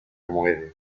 muere